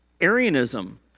Arianism